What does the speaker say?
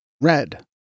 Red